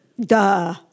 Duh